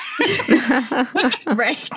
Right